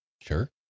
Sure